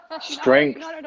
strength